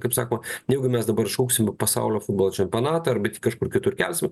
kaip sakoma jeigu mes dabar šauksime pasaulio futbolo čempionatą kažkur kitur kelsime